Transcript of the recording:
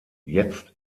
jetzt